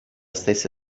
stessa